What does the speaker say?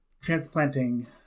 transplanting